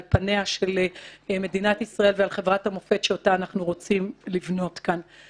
פניה של מדינת ישראל ועל חברת המופת שאותה אנחנו רוצים לבנות כאן.